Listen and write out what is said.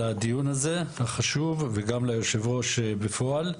הדיון הזה החשוב וגם ליושב ראש בפועל,